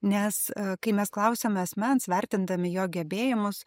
nes kai mes klausiame asmens vertindami jo gebėjimus